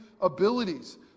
abilities